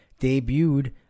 debuted